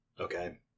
Okay